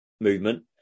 Movement